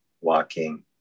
walking